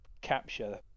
capture